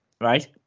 Right